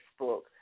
Facebook